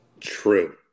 True